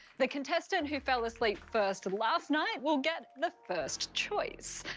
the contestant who fell asleep first last night will get the first choice.